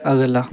अगला